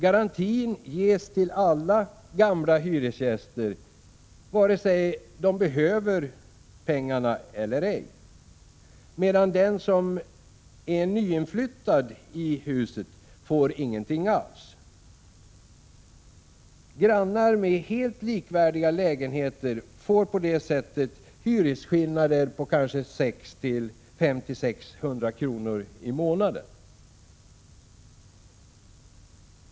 Garantin ges till alla gamla hyresgäster, vare sig de behöver pengarna eller ej, medan den som är nyinflyttad i huset inte får någonting alls. Grannar med helt likvärdiga lägenheter får på det sättet hyresskillnader på kanske 500-600 kr. i månaden.